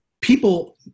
people